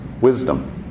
wisdom